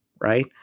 Right